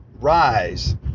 rise